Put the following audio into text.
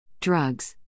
drugs